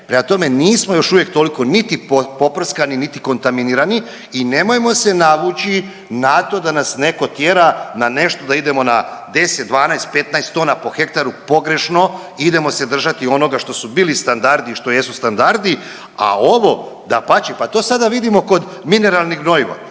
prema tome, nismo još uvijek toliko niti poprskani, niti kontaminirani i nemojmo se navući na to da nas netko tjera na nešto da idemo na 10, 12, 15 tona po hektaru. Pogrešno. Idemo se držati onoga što su bili standardi i što jesu standardi, a ovo dapače. Pa to sada vidimo kod mineralnih gnojiva